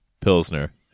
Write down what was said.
Pilsner